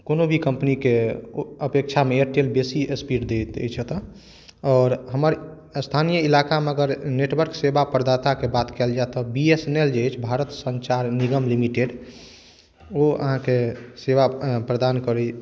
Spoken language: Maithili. कोनो भी कम्पनी के अपेक्षा मे एयरटेल बेसी स्पीड दैत अछि एतय आओर हमर स्थानीय इलाकामे अगर नेटवर्क सेवा प्रदाता के बात कयल जाय तऽ बी एस एन एल जे अछि भारत संचार निगम लिमिटेड ओ अहाँके सेवा प्रदान करैया